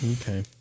okay